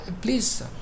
please